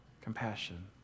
compassion